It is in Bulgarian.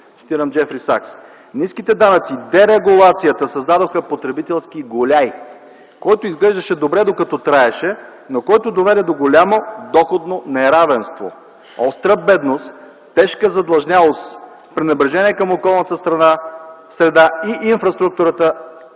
цитирам Джефри Сакс